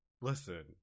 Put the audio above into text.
listen